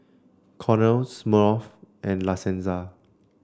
Cornell Smirnoff and La Senza